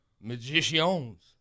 magicians